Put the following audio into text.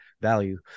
value